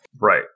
Right